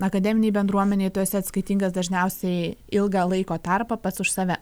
akademinėj bendruomenėj tu esi atskaitingas dažniausiai ilgą laiko tarpą pats už save